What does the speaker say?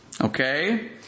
Okay